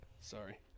sorry